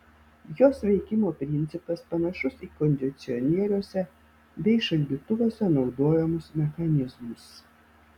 jos veikimo principas panašus į kondicionieriuose bei šaldytuvuose naudojamus mechanizmus